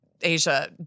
Asia